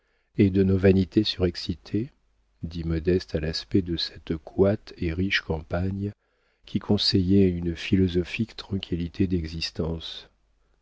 et de nos vanités surexcitées dit modeste à l'aspect de cette coite et riche campagne qui conseillait une philosophique tranquillité d'existence